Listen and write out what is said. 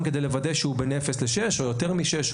כדי לוודא שהוא בן אפס לשש או יותר משש,